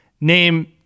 name